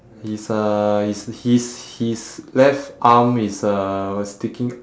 his uh his his his left arm is uh sticking